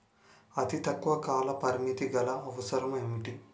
అతి తక్కువ కాల పరిమితి గల అవసరం ఏంటి